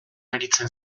aritzen